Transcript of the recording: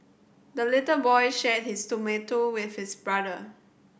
the little boy shared his tomato with his brother